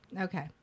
Okay